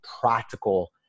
practical